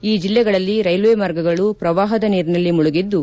ಈ ಜಿಲ್ಲೆಗಳಲ್ಲಿ ರೈಲ್ವೇ ಮಾರ್ಗಗಳು ಪ್ರವಾಹದ ನೀರಿನಲ್ಲಿ ಮುಳುಗಿದ್ದು